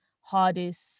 hardest